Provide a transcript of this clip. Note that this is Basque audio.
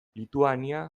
lituania